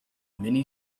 many